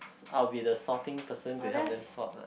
I will be the sorting person to help them sort lah